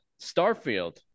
Starfield